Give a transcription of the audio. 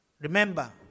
remember